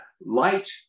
light